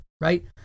right